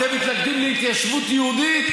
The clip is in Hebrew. אתם מתנגדים להתיישבות יהודית?